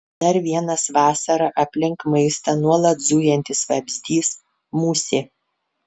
dar vienas vasarą aplink maistą nuolat zujantis vabzdys musė